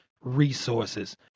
resources